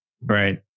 Right